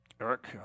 Eric